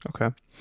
okay